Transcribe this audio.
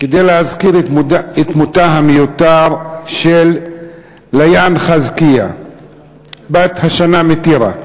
כדי להזכיר את מותה המיותר של ליאן ח'אסקיה בת השנה מטירה.